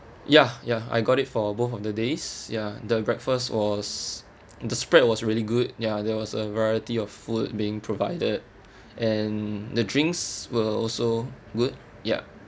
ya ya I got it for both of the days ya the breakfast was the spread was really good ya there was a variety of food being provided and the drinks were also good ya